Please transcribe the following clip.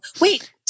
Wait